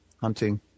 hunting